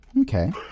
Okay